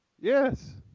Yes